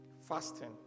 Fasting